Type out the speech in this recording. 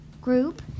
group